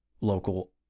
local